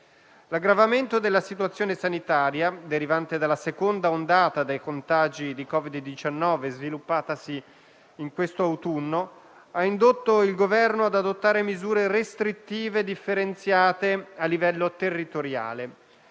L'aggravamento della situazione sanitaria derivante dalla seconda ondata di contagi da Covid-19, sviluppatasi questo autunno, ha indotto il Governo ad adottare misure restrittive differenziate a livello territoriale.